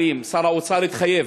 שר האוצר התחייב: